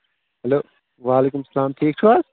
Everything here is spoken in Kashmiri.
ہیلو وعلیکُم السلام ٹھیٖک چھِو حظ